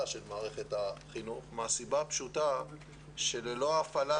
של מערכת החינוך מהסיבה הפשוטה שללא ההפעלה,